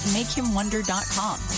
MakeHimWonder.com